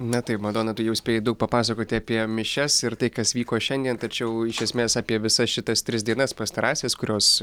na taip madona tu jau spėjai daug papasakoti apie mišias ir tai kas vyko šiandien tačiau iš esmės apie visas šitas tris dienas pastarąsias kurios